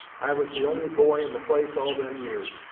i was the only boy in the place all them years,